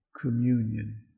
communion